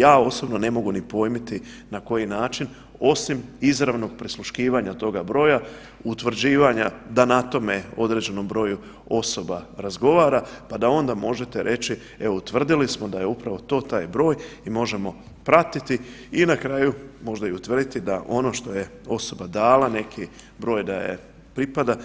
Ja osobno ne mogu ni pojmiti na koji način osim izravnog prisluškivanja toga broja, utvrđivanja da na tome određenom broju osoba razgovara, a da onda možete reći evo utvrdili smo da je upravo to taj broj i možemo pratiti i na kraju možda i utvrditi da ono što je osoba dala neki broj da joj pripada